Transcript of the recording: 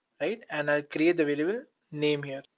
right? and i'll create the variable name here,